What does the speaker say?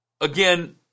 Again